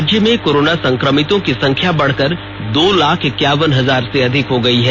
राज्य में कोरोना संक्रमितों की सख्या बढ़कर दो लाख इक्यावन हजार से अधिक हो गयी है